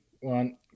One